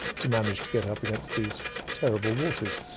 to manage to get up against these terrible waters.